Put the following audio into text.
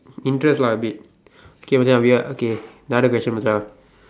interest lah a bit K Macha we are okay another question Macha